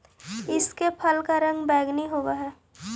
इसके फल का रंग बैंगनी होवअ हई